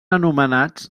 anomenats